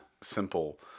simple